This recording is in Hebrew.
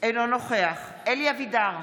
אינו נוכח אלי אבידר,